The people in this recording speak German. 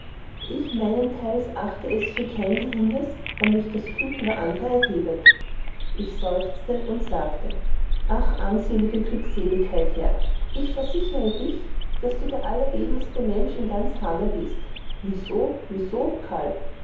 ich meinenteils achte es für kein geringes wann mich das glück über andere erhebet ich seufzete und sagte ach arbeitselige glückseligkeit herr ich versichere dich daß du der allerelendeste mensch in ganz hanau bist wie so